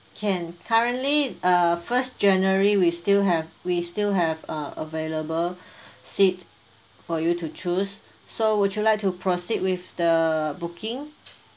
can currently uh first january we still have we still have a available seat for you to choose so would you like to proceed with the booking